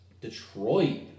Detroit